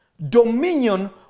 dominion